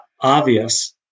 obvious